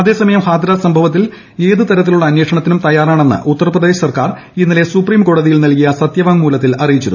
അതേസമയം ഹാഥ്റസ് സംഭവത്തിൽ ഏതു തരത്തിലുള്ള അന്വേഷണത്തിനും തയ്യാറാണെന്ന് ഉത്തർപ്രദേശ് സർക്കാർ ഇന്നലെ സുപ്രീംകോടതിയിൽ നൽകിയ സത്യവാങ്മൂലത്തിൽ അറിയിച്ചു